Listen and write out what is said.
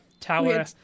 tower